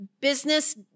business